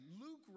Luke